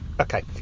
Okay